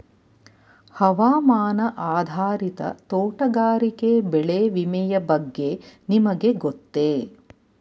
ಹವಾಮಾನ ಆಧಾರಿತ ತೋಟಗಾರಿಕೆ ಬೆಳೆ ವಿಮೆಯ ಬಗ್ಗೆ ನಿಮಗೆ ಗೊತ್ತೇ?